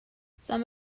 some